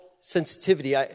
sensitivity